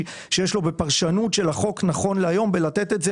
שיש לו בפרשנות של החוק נכון להיום ולתת את זה